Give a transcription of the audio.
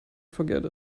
forget